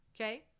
Okay